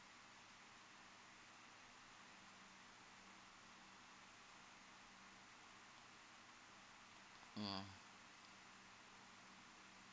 mm